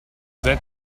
that